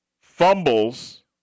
fumbles